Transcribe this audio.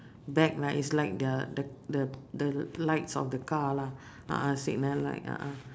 back lah is like the the the the lights of the car lah a'ah signal light a'ah